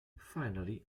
finally